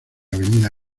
avenida